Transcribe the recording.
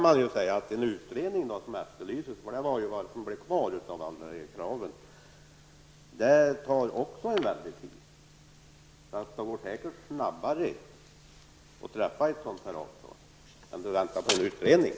Det kan sägas att en sådan utredning som efterlyses -- det var vad som blev kvar av alla kraven -- också tar mycket lång tid. Det går säkert snabbare att träffa ett sådant här avtal än att vänta på en utredning.